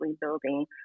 building